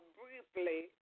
briefly